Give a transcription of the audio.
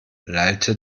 lallte